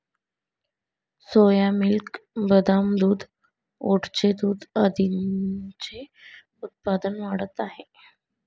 सोया milk, बदाम दूध, ओटचे दूध आदींचे उत्पादन वाढत आहे